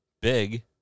big